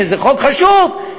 חוק חשוב,